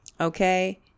okay